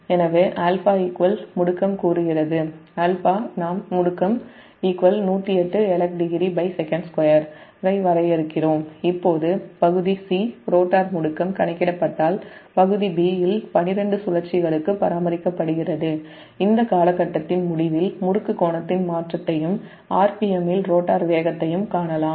எனவே α முடுக்கம் 108 elect degreesec2 ஐ வரையறுக் கிறோம் இப்போது பகுதி ரோட்டார் முடுக்கம் கணக்கிடப் பட்டால் பகுதி இல் 12 சுழற்சிகளுக்கு பராமரிக்கப்படுகிறது இந்த காலகட்டத்தின் முடிவில் முறுக்கு கோணத்தின் மாற்றத்தையும் rpm ல் ரோட்டார் வேகத்தையும் காணலாம்